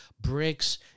bricks